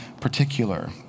particular